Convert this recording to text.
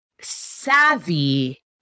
savvy